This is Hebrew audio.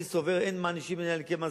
אני סובר שאין מענישין אלא אם כן מזהירין.